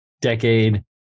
decade